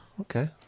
Okay